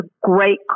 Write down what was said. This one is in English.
great